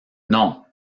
non